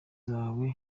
yawe